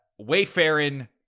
Wayfarin